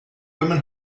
women